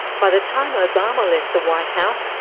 by the time obama left the white house,